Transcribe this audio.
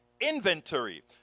inventory